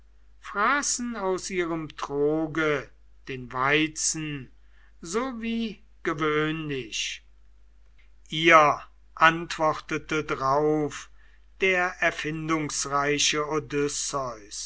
fraßen aus ihrem troge den weizen so wie gewöhnlich ihr antwortete drauf der erfindungsreiche